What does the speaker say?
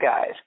guys